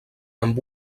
amb